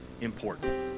important